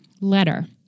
letter